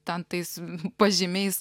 ten tais pažymiais